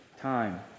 time